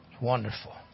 Wonderful